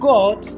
God